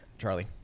Charlie